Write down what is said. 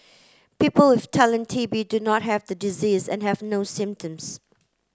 people with latent T B do not have the disease and have no symptoms